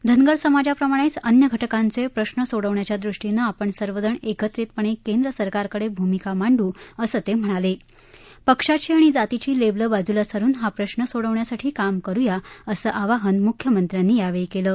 धनगर समाजाप्रमाण अन्य घटकांच श्र सोडवण्याच्या दृष्टीनं आपण सर्व जण एकत्रितपण क्रिंद्र सरकारकड भ्रिमिका मांडू असं तक्रिणाला पिक्षाची आणि जातीची लक्षकं बाजूला सारून हा प्रश्न सोडवण्यासाठी काम करूया असं आवाहन मुख्यमंत्र्यानी यावळी कल्लि